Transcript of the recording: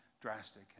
drastic